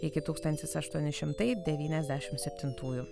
iki tūkstantis aštuoni šimtai devyniasdešimt septintųjų